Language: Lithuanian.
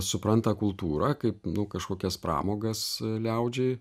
supranta kultūrą kaip nu kažkokias pramogas liaudžiai